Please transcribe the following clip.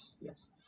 yes